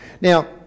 Now